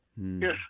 Yes